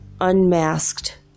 unmasked